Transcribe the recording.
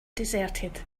deserted